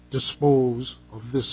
dispose of this